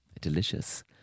Delicious